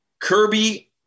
Kirby